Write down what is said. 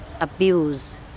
abuse